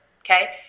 Okay